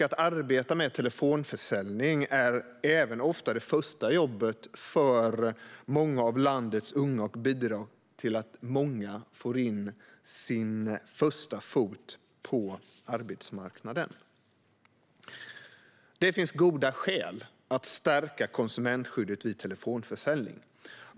Att arbeta med telefonförsäljning är ofta det första jobbet för många av landets unga, och det bidrar till att många får in en första fot på arbetsmarknaden. Det finns dock goda skäl att stärka konsumentskyddet vid telefonförsäljning.